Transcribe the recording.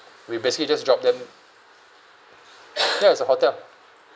we basically just drop them ya it's a hotel